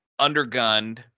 undergunned